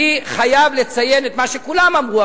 אני חייב לציין את מה שכולם אמרו,